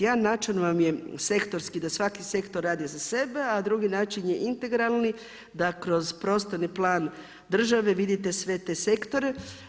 Jedan način vam je sektorski da svaki sektor radi za sebe a drugi način je integralni da kroz prostorni plan države vidite sve te sektore.